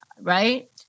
right